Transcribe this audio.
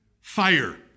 fire